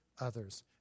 others